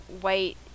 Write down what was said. white